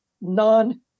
non